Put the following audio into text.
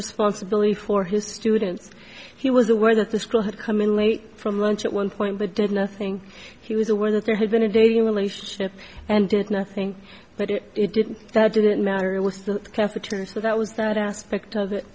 responsibility for his students he was aware that the school had come in late from lunch at one point but did nothing he was aware that there had been a dating relationship and did nothing but it didn't that didn't matter it was the catheter so that was that aspect of it